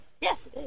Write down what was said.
Yes